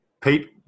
Pete